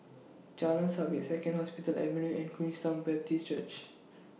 Jalan Sabit Second Hospital Avenue and Queenstown Baptist Church